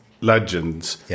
legends